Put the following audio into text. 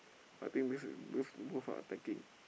I think this is this both are attacking